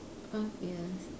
five years